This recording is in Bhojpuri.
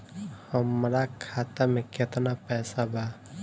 हमरा खाता मे केतना पैसा बा?